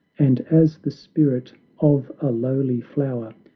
and as the spirit of a lowly flower,